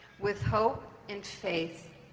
with hope and faith,